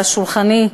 ועל שולחני,